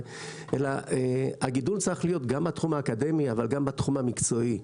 אלא הגידול צריך להיות גם מהתחום האקדמי אבל גם בתחום המקצועי.